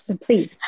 please